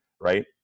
Right